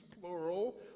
plural